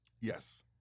Yes